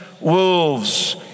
wolves